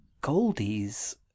Goldie's